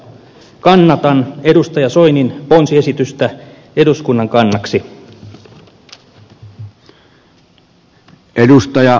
kannatan edustaja soinin ponsiesitystä eduskunnan kannaksi